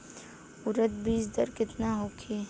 उरद बीज दर केतना होखे?